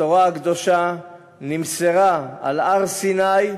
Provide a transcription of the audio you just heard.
התורה הקדושה נמסרה על הר-סיני,